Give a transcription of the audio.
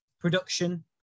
production